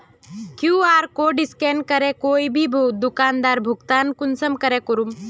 QR code scan करे कोई भी दुकानदारोक भुगतान कुंसम करे करूम?